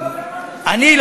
על מה אתה מדבר בכלל?